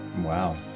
Wow